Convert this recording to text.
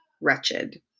wretched